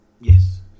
Yes